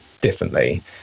Differently